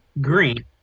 Green